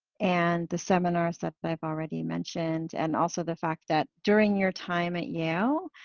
and the seminars that i've already mentioned and also the fact that during your time at yale,